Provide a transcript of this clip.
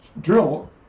drill